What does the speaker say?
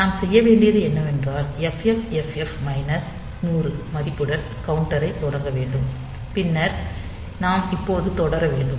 நாம் செய்ய வேண்டியது என்னவென்றால் FFFF மைனஸ் 100 மதிப்புடன் கவுண்டரைத் தொடங்க வேண்டும் பின்னர் நாம் இப்போது தொடர வேண்டும்